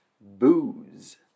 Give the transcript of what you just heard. booze